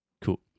Cool